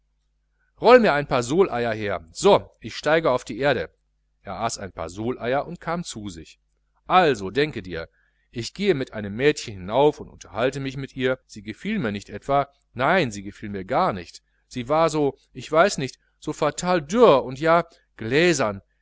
roll mir ein paar sooleier her und ich steige auf die erde er aß ein paar sooleier und kam zu sich also denke dir ich gehe mit einem mädchen hinauf und unterhalte mich mit ihr sie gefiel mir nicht etwa nein sie gefiel mir gar nicht sie war so ich weiß nicht so fatal dürr und ja gläsern